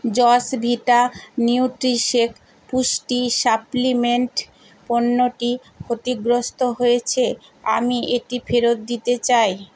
জসভিটা Nutrishake পুষ্টি supplement পণ্যটি ক্ষতিগ্রস্ত হয়েছে আমি এটি ফেরত দিতে চাই